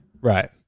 Right